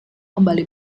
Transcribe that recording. kembali